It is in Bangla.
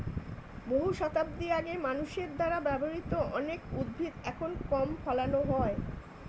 বহু শতাব্দী আগে মানুষের দ্বারা ব্যবহৃত অনেক উদ্ভিদ এখন কম ফলানো হয়